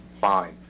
fine